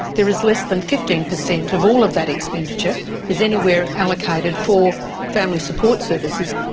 there is less than fifteen percent of all of that expenditure is anywhere allocated for family support services.